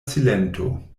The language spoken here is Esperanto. silento